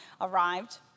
arrived